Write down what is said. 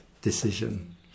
decision